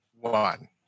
One